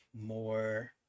more